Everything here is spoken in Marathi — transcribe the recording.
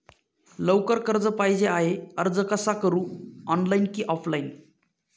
लवकर कर्ज पाहिजे आहे अर्ज कसा करु ऑनलाइन कि ऑफलाइन?